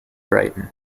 brighton